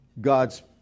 God's